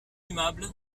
aimable